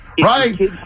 Right